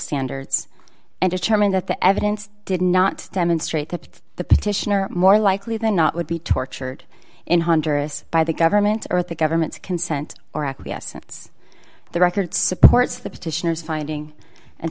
standards and determine that the evidence did not demonstrate that the petitioner more likely than not would be tortured in honduras by the government or the government to consent or acquiescence the record supports the petitioners finding and